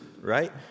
Right